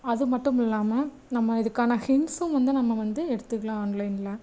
அது மட்டும் இல்லாமல் நம்ம இதுக்கான ஹிண்ட்ஸும் வந்து நம்ம வந்து எடுத்துக்கலாம் ஆன்லைனில்